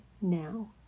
now